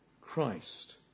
Christ